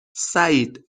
سعید